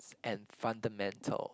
and fundamentals